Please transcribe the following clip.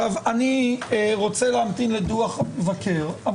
אני רוצה להמתין לדוח המבקר,